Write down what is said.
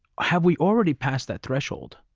have we already passed that threshold?